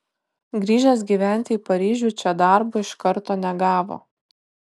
grįžęs gyventi į paryžių čia darbo iš karto negavo